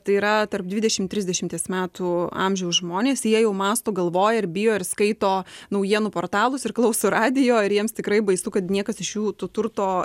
tai yra tarp dvidešimt trisdešimties metų amžiaus žmonės jie jau mąsto galvoja ir bijo ir skaito naujienų portalus ir klauso radijo ir jiems tikrai baisu kad niekas iš jų to turto